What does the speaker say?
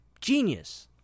genius